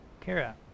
Kara